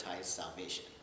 salvation